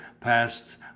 passed